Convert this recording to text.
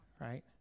right